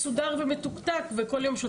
הנגב כנראה הנושא הזה נדחק לשוליים וזה נושא